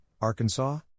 Arkansas